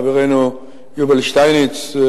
חברנו יובל שטייניץ,